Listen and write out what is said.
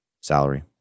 salary